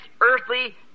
earthly